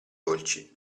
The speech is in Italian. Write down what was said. dolci